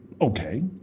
Okay